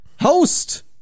host